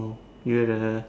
you have the